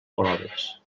proves